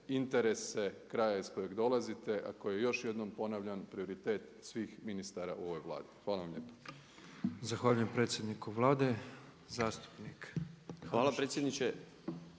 interese kraja iz kojeg dolazite a koji je još jednom ponavljam prioritet svih ministara u ovoj Vladi. Hvala vam lijepo. **Petrov, Božo (MOST)** Zahvaljujem predsjedniku